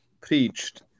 preached